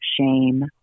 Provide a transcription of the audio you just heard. shame